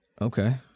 Okay